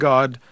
God